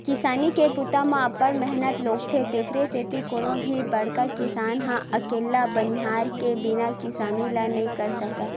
किसानी के बूता म अब्ब्ड़ मेहनत लोगथे तेकरे सेती कोनो भी बड़का किसान ह अकेल्ला बनिहार के बिना किसानी ल नइ कर सकय